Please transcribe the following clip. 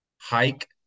hike